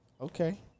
Okay